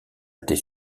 tes